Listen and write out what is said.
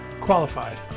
qualified